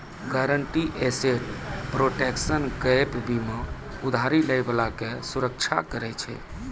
guaranteed asset protection gap बीमा उधारी लै बाला के सुरक्षा करै छै